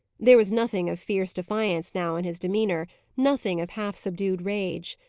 there was nothing of fierce defiance now in his demeanour nothing of half-subdued rage.